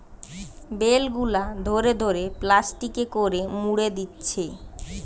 bell গুলা ধরে ধরে প্লাস্টিকে করে মুড়ে দিচ্ছে